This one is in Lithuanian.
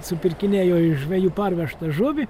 supirkinėjo iš žvejų parvežtą žuvį